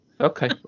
Okay